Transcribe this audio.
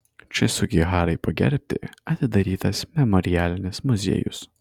č sugiharai pagerbti atidarytas memorialinis muziejus